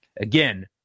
Again